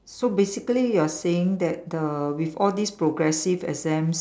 so basically you are saying that the with all these progressive exams